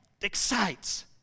excites